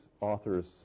authors